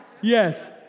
Yes